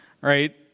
right